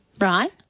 Right